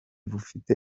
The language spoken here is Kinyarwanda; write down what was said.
bufite